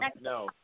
no